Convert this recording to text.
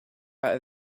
out